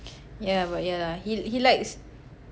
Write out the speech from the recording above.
yeah but ya lah he he likes